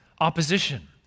opposition